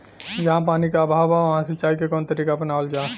जहाँ पानी क अभाव ह वहां सिंचाई क कवन तरीका अपनावल जा?